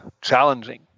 challenging